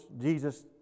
Jesus